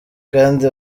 kandi